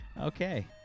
Okay